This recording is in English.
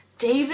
David